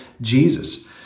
Jesus